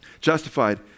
justified